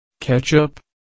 Ketchup